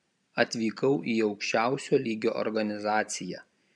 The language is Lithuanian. atvykau į aukščiausio lygio organizaciją